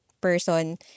person